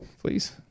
please